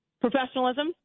professionalism